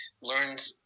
learned